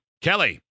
Kelly